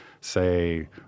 say